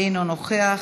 אינו נוכח,